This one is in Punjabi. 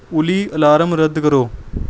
ਉਲੀ ਅਲਾਰਮ ਰੱਦ ਕਰੋ